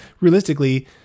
realistically